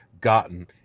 gotten